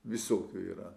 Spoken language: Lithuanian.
visokių yra